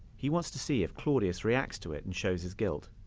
he wants to see if claudius reacts to it and shows his guilt.